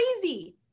crazy